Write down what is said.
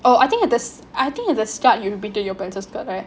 oh I think at the I think at the start you repeated your pencil skirt right